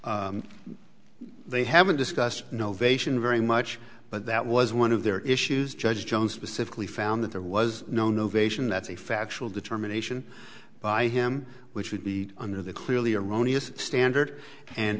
exchanged they haven't discussed no vacation very much but that was one of their issues judge jones specifically found that there was no no vacation that's a factual determination by him which would be under the clearly erroneous standard and